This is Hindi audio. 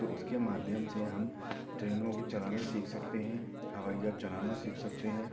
तो उसके माध्यम से हम ट्रेनों को चलाना सीख सकते हैं हवाइ जहाज़ चलाना सीख सकते हैं